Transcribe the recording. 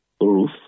roof